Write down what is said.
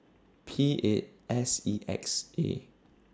P eight S E X A